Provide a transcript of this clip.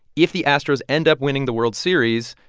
if the astros end up winning the world series,